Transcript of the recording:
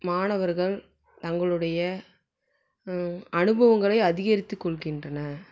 மாணவர்கள் தங்களுடைய அனுபவங்களை அதிகரித்து கொள்கின்றனர்